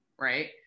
Right